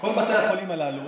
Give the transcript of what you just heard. כל בתי החולים הללו